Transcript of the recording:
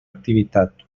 activitat